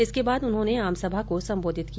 इसके बाद उन्होंने आमसभा को सम्बोधित किया